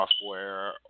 software